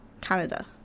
Canada